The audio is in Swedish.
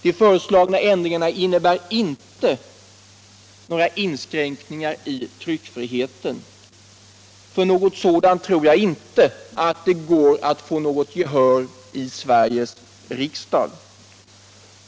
Däremot innebär de inte några inskränkningar i tryckfriheten. För något sådant tror jag inte att det går att få något gehör i Sveriges riksdag.